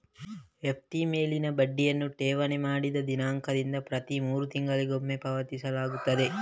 FD ಮೇಲಿನ ಬಡ್ಡಿಯನ್ನು ಠೇವಣಿ ಮಾಡಿದ ದಿನಾಂಕದಿಂದ ಪ್ರತಿ ಮೂರು ತಿಂಗಳಿಗೊಮ್ಮೆ ಪಾವತಿಸಲಾಗುತ್ತದೆ